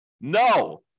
No